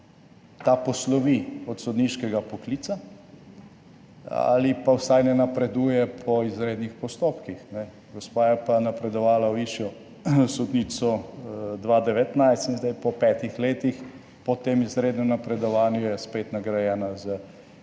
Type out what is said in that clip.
ta poslovi od sodniškega poklica ali pa vsaj ne napreduje po izrednih postopkih, gospa je pa napredovala v višjo sodnico leta 2019 in zdaj po petih letih po tem izrednem napredovanju je spet nagrajena s